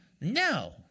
No